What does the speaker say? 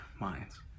minds